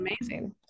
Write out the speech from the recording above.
amazing